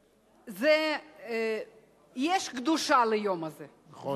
יש קדושה ליום הזה, נכון.